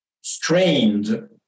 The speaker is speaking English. strained